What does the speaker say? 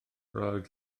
roedd